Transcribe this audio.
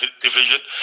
division